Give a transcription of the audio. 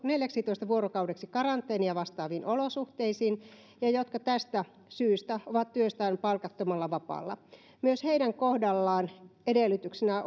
neljäksitoista vuorokaudeksi karanteenia vastaaviin olosuhteisiin ja ja jotka tästä syystä ovat työstään palkattomalla vapaalla myös heidän kohdallaan edellytyksenä